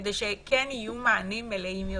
כדי שכן יהיו מענים מלאים יותר.